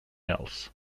else